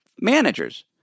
managers